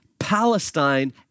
Palestine